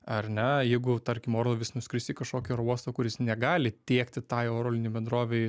ar ne jeigu tarkim orlaivis nuskris į kažkokį oro uostą kuris negali tiekti tai oro linijų bendrovei